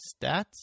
stats